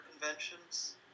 conventions